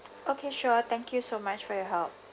okay sure thank you so much for your help